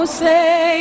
say